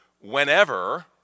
whenever